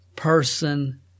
person